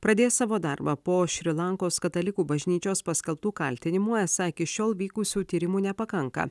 pradės savo darbą po šri lankos katalikų bažnyčios paskelbtų kaltinimų esą iki šiol vykusių tyrimų nepakanka